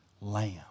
Lamb